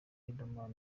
riderman